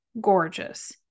gorgeous